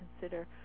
consider